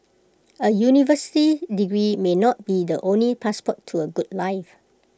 A university degree may not be the only passport to A good life